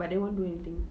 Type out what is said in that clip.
but they won't do anything